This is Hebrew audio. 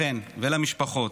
לכן ולמשפחות,